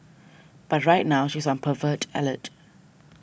but right now she is on pervert alert